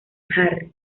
harry